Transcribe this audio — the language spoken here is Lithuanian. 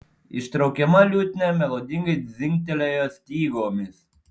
ištraukiama liutnia melodingai dzingtelėjo stygomis